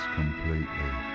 completely